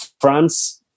France